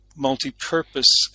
multi-purpose